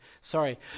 sorry